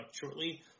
shortly